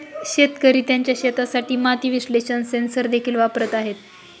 शेतकरी त्यांच्या शेतासाठी माती विश्लेषण सेन्सर देखील वापरत आहेत